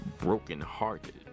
brokenhearted